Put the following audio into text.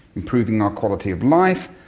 improving our quality of life,